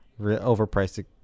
Overpriced